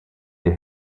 der